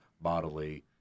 bodily